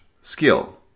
skill